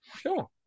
Sure